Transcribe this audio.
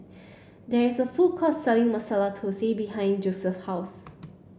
there is a food court selling Masala Thosai behind Joeseph's house